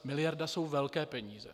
Miliarda jsou velké peníze.